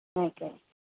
okay